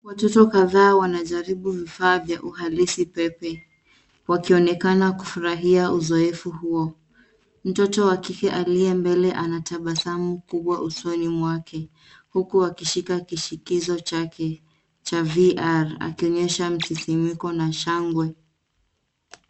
Watoto kadhaa wanajaribu vifaa vya uhalisi pepe, wakionekaa kufurahia uzoefu huo. Mtoto wa kike aliyembele anatabasamu kubwa usoni mwake huku akishika kishikizo chake cha VR akionyesha msisimko na shangwe.